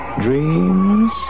dreams